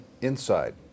inside